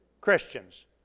Christians